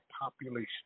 population